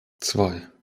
zwei